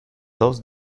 dos